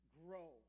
grow